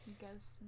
ghosts